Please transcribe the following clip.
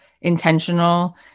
intentional